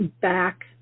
back